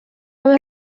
vez